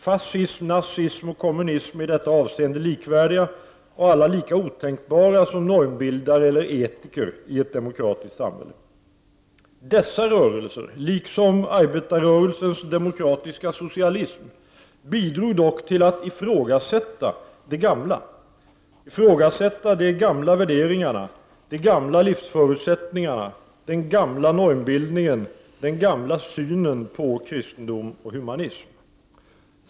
Fascism, nazism och kommunism är i detta avseende likvärdiga, och alla lika otänkbara som normbildare eller som etik i ett demokratiskt samhälle. Dessa rörelser, liksom arbetarrörelsens demokratiska socialism, bidrog dock till att i frågasätta det gamla — de gamla värderingarna, de gamla livsförutsättningarna, den gamla normbildningen, den gamla synen på kristendom och humanism.